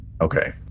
okay